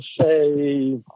say